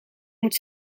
moet